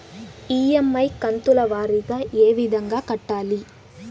EMI కంతుల వారీగా ఏ విధంగా కట్టాలి